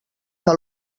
que